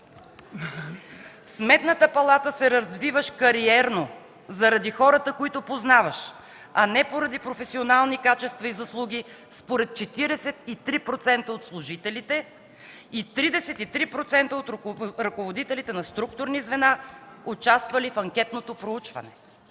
„В Сметната палата се развиваш кариерно заради хората, които познаваш, а не поради професионални качества и заслуги” – според 43% от служителите, и 33% от ръководителите на структурни звена, участвали в анкетното проучване.